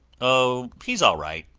o, he's all right,